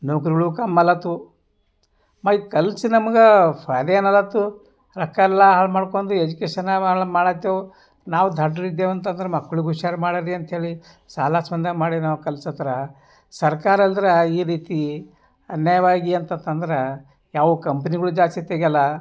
ನೌಕರಿಗಳೂ ಕಮ್ ಆಲತ್ವು ಮೈ ಕಲ್ಸಿ ನಮಗೆ ಫಾಯ್ದಾ ಏನಾದಾತ್ತು ರೊಕ್ಕ ಎಲ್ಲ ಹಾಳು ಮಾಡ್ಕೊಂಡಿ ಎಜಕೇಷನಾವ ಹಾಳು ಮಾಡತ್ತೆವು ನಾವು ದಡ್ಡರಿದ್ದೇವೆ ಅಂತಂದ್ರೆ ಮಕ್ಳಿಗೆ ಹುಷಾರು ಮಾಡರಿ ಅಂತ್ಹೇಳಿ ಸಾಲ ಸಮದ ಮಾಡಿ ನಾವು ಕಲ್ಸದ್ರೆ ಸರ್ಕಾರಲ್ದ್ರ ಈ ರೀತಿ ಅನ್ಯಾಯವಾಗಿ ಅಂತಂತಂದ್ರೆ ಯಾವ ಕಂಪ್ನಿಗಳೂ ಜಾಸ್ತಿ ತೆಗೆಯಲ್ಲ